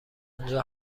اونجا